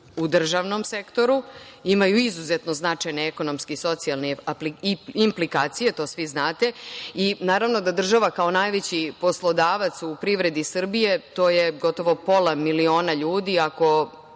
u državnom sektoru imaju izuzetno značajne ekonomske i socijalne implikacije, to svi znate i naravno da država, kao najveći poslodavac u privredi Srbije, to je gotovo pola miliona ljudi, ako